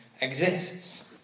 exists